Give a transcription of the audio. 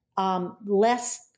less